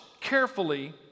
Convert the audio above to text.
carefully